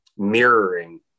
mirroring